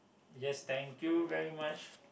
yes thank you very much